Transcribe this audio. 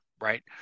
right